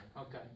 Okay